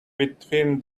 between